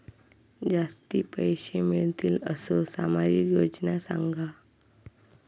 जास्ती पैशे मिळतील असो सामाजिक योजना सांगा?